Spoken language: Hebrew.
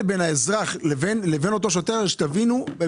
בין מה שאזרח מקבל לבין מה ששוטר מקבל.